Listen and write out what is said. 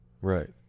Right